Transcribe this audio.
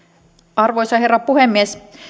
arvoisa herra puhemies